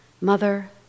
Mother